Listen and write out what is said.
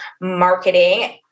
Marketing